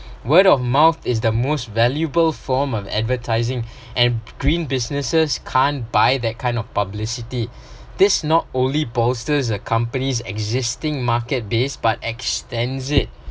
word of mouth is the most valuable form of advertising and green businesses can't buy that kind of publicity this not only bolsters a company's existing market base but extends it